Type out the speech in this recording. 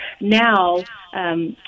now